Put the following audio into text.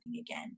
again